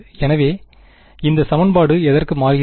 எனவே இந்த சமன்பாடு எதற்கு மாறுகிறது